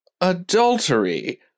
Adultery